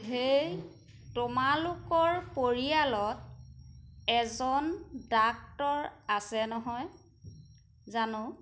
হেই তোমালোকৰ পৰিয়ালত এজন ডাক্টৰ আছে নহয় জানো